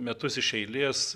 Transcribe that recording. metus iš eilės